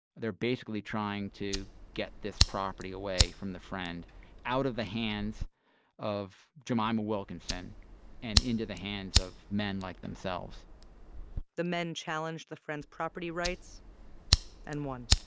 they're basically trying to get this property away from the friend out of the hands of jemima wilkinson and into the hands of men like themselves the men challenged the friend's property rights and won